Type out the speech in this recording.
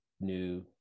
new